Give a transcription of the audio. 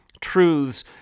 truths